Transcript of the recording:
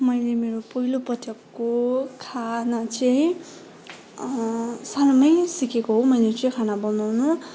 मैले मेरो पहिलोपटकको खाना चाहिँ सानोमै सिकेको हो मैले चाहिँ खाना बनाउनु